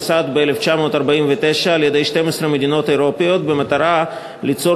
נוסד ב-1949 על-ידי 12 מדינות אירופיות במטרה ליצור